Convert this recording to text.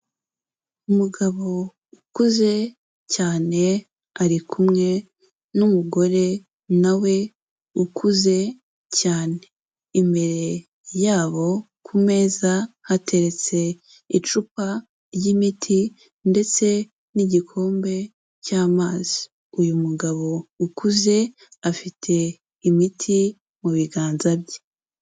Umugabo ukuze cyane, ari kumwe n'umugore na we ukuze cyane, imbere yabo ku meza hateretse icupa ry'imiti ndetse n'igikombe cy'amazi, uyu mugabo ukuze afite imiti mu biganza bye.